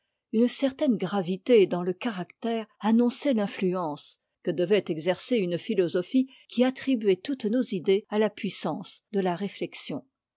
une certaine gravité dans le caractère annonçait l'influence que devait exercer une philosophie qui attribuait toutes nos idées à la puissance de la réflexion